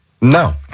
No